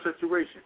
situation